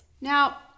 Now